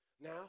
Now